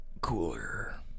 cooler